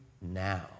now